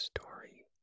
story